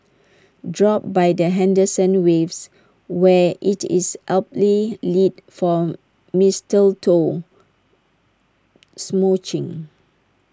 drop by the Henderson waves where IT is aptly lit for mistletoe smooching